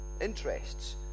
interests